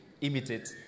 imitate